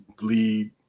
bleed